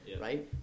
right